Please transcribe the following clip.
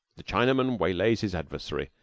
the chinaman waylays his adversary,